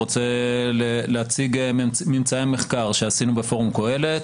אני רוצה להציג ממצאי מחקר שעשינו בפורום קהלת,